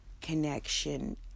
connection